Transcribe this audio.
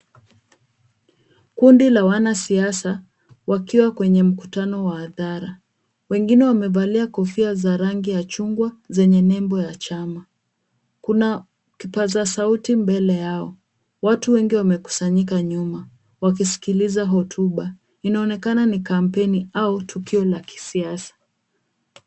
Kundi la wanasiasa wakiwa kwenye mkutano wa hadhara. Wengine wamevalia kofia za rangi ya chungwa zenye nembo ya chama. Kuna kipaza sauti mbele yao. Watu wengi wamekusanyika nyuma wakisikiliza hotuba. Inaonekana ni kampeni au tukio la kisiasa.